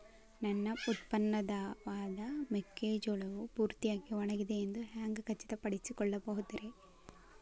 ನನ್ನ ಉತ್ಪನ್ನವಾದ ಮೆಕ್ಕೆಜೋಳವು ಪೂರ್ತಿಯಾಗಿ ಒಣಗಿದೆ ಎಂದು ಹ್ಯಾಂಗ ಖಚಿತ ಪಡಿಸಿಕೊಳ್ಳಬಹುದರೇ?